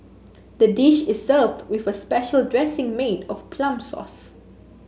the dish is served with a special dressing made of plum sauce